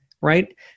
right